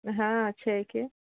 हँ छै कि